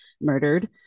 murdered